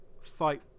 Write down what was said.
fight